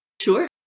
Sure